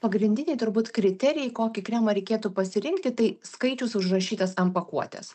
pagrindiniai turbūt kriterijai kokį kremą reikėtų pasirinkti tai skaičius užrašytas ant pakuotės